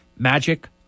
Magic